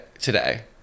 today